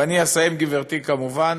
ואני אסיים, גברתי, וכמובן,